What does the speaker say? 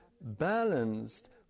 balanced